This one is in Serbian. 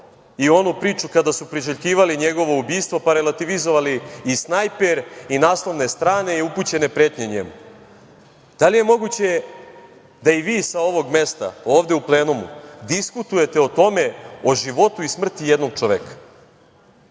u onu priču kada su priželjkivali njegovo ubistvo, pa relativizovali i snajper i naslovne strane i upućene pretnje njemu. Da li je moguće da i vi sa ovog mesta, ovde u plenumu, diskutujete o tome, o životu i smrti jednog čoveka?